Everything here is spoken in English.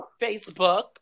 Facebook